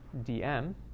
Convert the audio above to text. dm